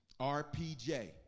RPJ